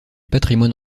patrimoine